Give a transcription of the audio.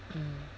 mm